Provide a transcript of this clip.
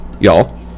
Y'all